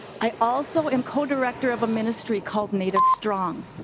i also am codirector of a ministry called native strong.